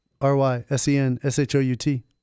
R-Y-S-E-N-S-H-O-U-T